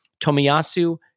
Tomiyasu